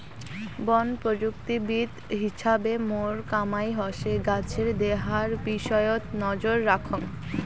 বন প্রযুক্তিবিদ হিছাবে মোর কামাই হসে গছের দেহার বিষয়ত নজর রাখাং